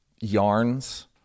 yarns